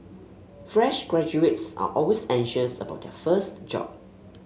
fresh graduates are always anxious about their first job